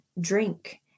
drink